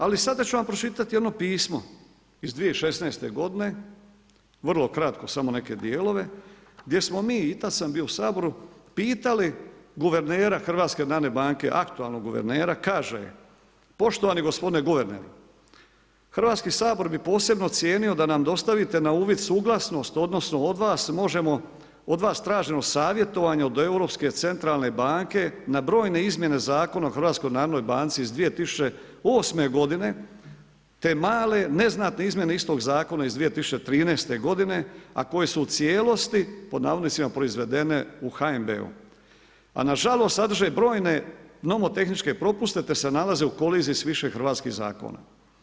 Ali sada ću vam pročitat jedno pismo iz 2016. godine, vrlo kratko samo neke dijelove, gdje smo mi, i tad sam bio u Saboru, pitali guvernera HNB-a, aktualnog guvernera, kaže: Poštovani gospodine guverneru, Hrvatski sabor bi posebno cijenio da nam dostavite na uvid suglasnost, odnosno od vas možemo, od vas tražimo savjetovanje od Europske centralne banke na brojne izmjene zakona o HNB-u iz 2008. godine te male neznatne izmjene istog zakona iz 2013. godine, a koje su u cijelosti „proizvedene“ u HNB-u, a nažalost sadrže brojne nomotehničke propuste te se nalaze u koliziji s više Hrvatskih zakona.